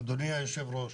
אדוני היו"ר,